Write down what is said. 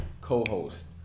co-host